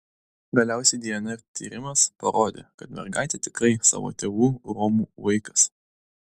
galiausiai dnr tyrimas parodė kad mergaitė tikrai savo tėvų romų vaikas